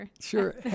sure